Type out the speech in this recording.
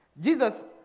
Jesus